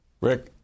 Rick